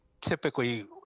typically